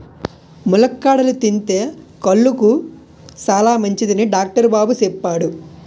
ములక్కాడలు తింతే కళ్ళుకి సాలమంచిదని డాక్టరు బాబు సెప్పాడు